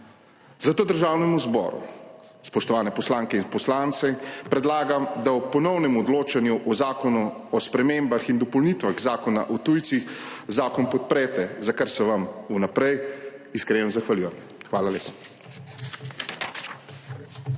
Zato Državnemu zboru, spoštovane poslanke in poslanci, predlagam, da ob ponovnem odločanju o Zakonu o spremembah in dopolnitvah Zakona o tujcih zakon podprete, za kar se vam vnaprej iskreno zahvaljujem. Hvala lepa.